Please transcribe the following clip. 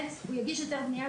הוא יגיש היתר בנייה,